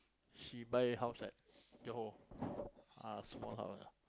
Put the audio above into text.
she buy house at Johor ah small house